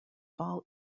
fall